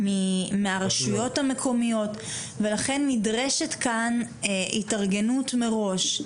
מהרשויות המקומיות ולכן נדרשת כאן התארגנות מראש.